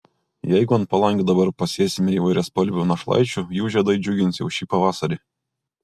jeigu ant palangių dabar pasėsime įvairiaspalvių našlaičių jų žiedai džiugins jau ši pavasarį